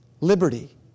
liberty